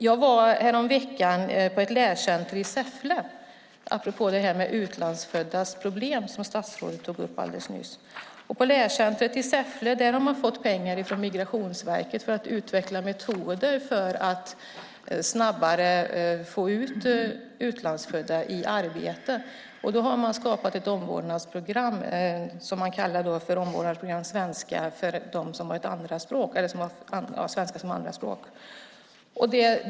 Jag var häromveckan på ett lärcenter i Säffle, apropå utlandsföddas problem, som statsrådet tog upp alldeles nyss. På lärcentret i Säffle har man fått pengar från Migrationsverket för att utveckla metoder för att snabbare få ut utlandsfödda i arbete. Man har skapat ett omvårdnadsprogram, SAS, för dem som har svenska som andra språk.